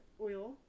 oil